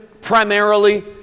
primarily